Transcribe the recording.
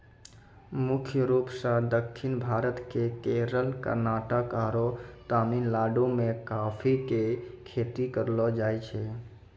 मुख्य रूप सॅ दक्षिण भारत के केरल, कर्णाटक आरो तमिलनाडु मॅ कॉफी के खेती करलो जाय छै